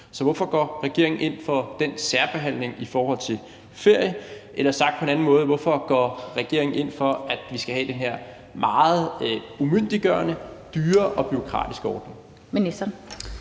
Så hvorfor går regeringen ind for den særbehandling i forhold til ferie? Eller sagt på en anden måde: Hvorfor går regeringen ind for, at vi skal have den her meget umyndiggørende, dyre og bureaukratiske ordning? Kl.